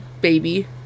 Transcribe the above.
Baby